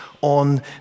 on